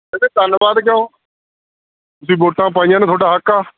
ਇਹਦੇ ਧੰਨਵਾਦ ਕਿਉਂ ਤੁਸੀਂ ਵੋਟਾਂ ਪਾਈਆਂ ਨੇ ਤੁਹਾਡਾ ਹੱਕ ਆ